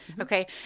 Okay